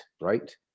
right